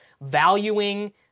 valuing